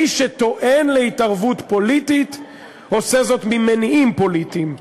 מי שטוען להתערבות פוליטית עושה זאת ממניעים פוליטיים,